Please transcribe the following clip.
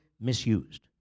misused